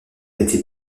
été